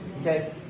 okay